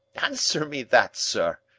answer me that, sir!